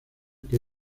que